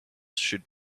should